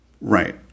Right